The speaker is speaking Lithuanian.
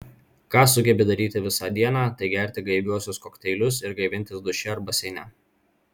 ką sugebi daryti visą dieną tai gerti gaiviuosius kokteilius ir gaivintis duše ar baseine